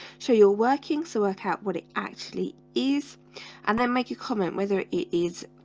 so you're working so work out what it actually is and then make a comment, whether it is?